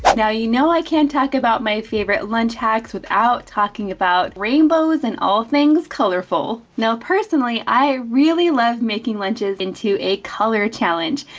and now you know i can't talk about my favorite lunch hacks without talking about rainbows, and all things colorful. now personally, i really love making lunches into a color challenge.